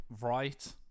right